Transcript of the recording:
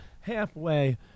halfway